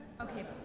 Okay